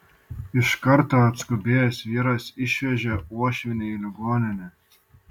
iš karto atskubėjęs vyras išvežė uošvienę į ligoninę